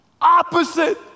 opposite